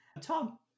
Tom